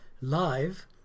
live